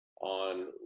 on